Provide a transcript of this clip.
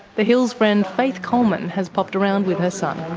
the hills' friend faith coleman has popped around with her son.